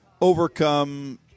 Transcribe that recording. overcome